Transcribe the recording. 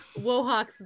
Wohawks